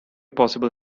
possible